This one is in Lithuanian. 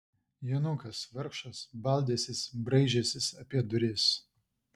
jonukas vargšas baldęsis braižęsis apie duris